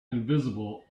invisible